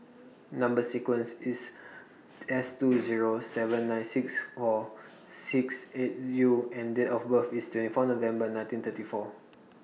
Number sequence IS S two Zero seven nine six Or six eight U and Date of birth IS twenty four November nineteen thirty four